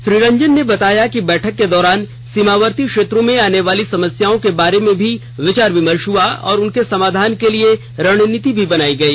श्री रंजने ने बताया कि बैठक के दौरान सीमावर्ती क्षेत्रों में आने वाली समस्याओं के बारे में भी विचार विमर्श हआ और उनके समाधान के लिए रणनीति भी बनाई गई